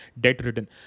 debt-ridden